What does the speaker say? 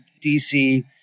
DC